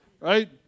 Right